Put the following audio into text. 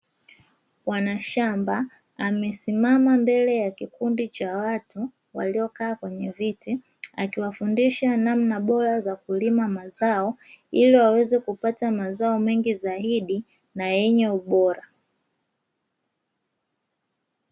Bwanashamba amesimama mbele ya kikundi cha watu waliokaa kwenye viti akiwafundisha namna bora za kulima mazao, ili waweze kupata mazao mengi zaidi na yenye ubora.